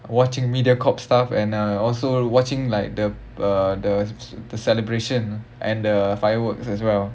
watching Mediacorp stuff and uh also watching like the uh the the celebration and the fireworks as well